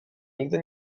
nigdy